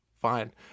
fine